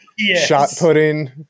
Shot-putting